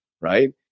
Right